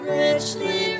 richly